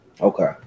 okay